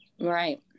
right